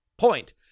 Point